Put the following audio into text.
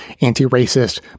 anti-racist